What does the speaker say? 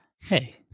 Hey